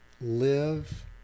live